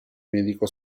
medico